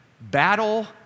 battle